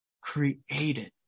created